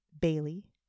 Bailey